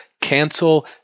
cancel